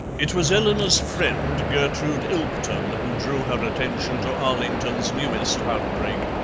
it was eleanor's friend, gertrude ilpton, who drew her attention to arlington's newest outbreak.